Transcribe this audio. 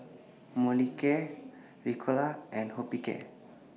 Molicare Ricola and Hospicare